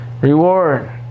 Reward